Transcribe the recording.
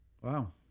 wow